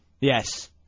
Yes